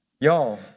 y'all